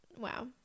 Wow